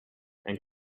and